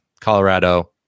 Colorado